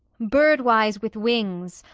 birdwise with wings,